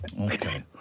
Okay